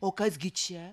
o kas gi čia